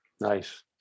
Nice